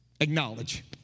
acknowledge